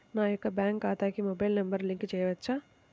నా యొక్క బ్యాంక్ ఖాతాకి మొబైల్ నంబర్ లింక్ చేయవచ్చా?